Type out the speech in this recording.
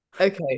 Okay